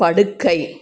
படுக்கை